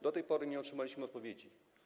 Do tej pory nie otrzymaliśmy odpowiedzi.